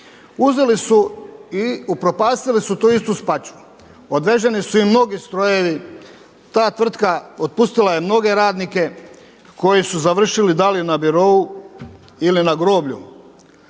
Uzeli su i upropastili su tu istu Spačvu. Odveženi su i mnogi strojevi. Ta tvrtka otpustila je mnoge radnike koji su završili da li na birou ili na groblju.